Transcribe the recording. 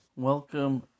Welcome